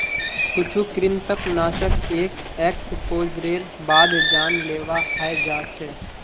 कुछु कृंतकनाशक एक एक्सपोजरेर बाद जानलेवा हय जा छ